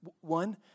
One